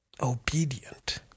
obedient